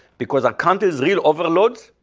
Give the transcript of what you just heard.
because a countries real overloads